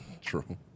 True